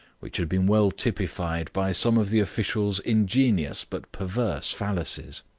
which had been well typified by some of the official's ingenious but perverse fallacies.